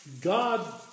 God